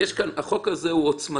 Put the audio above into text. החוק הזה הוא עוצמתי.